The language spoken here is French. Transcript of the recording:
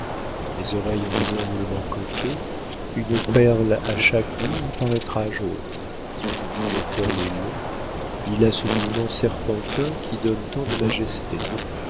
mes oreilles ont des enroulements coquets une perle à chaque bout y paraîtra jaune mon col est long il a ce mouvement serpentin qui donne tant de majesté